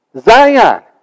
Zion